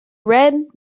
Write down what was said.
red